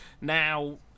Now